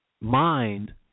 mind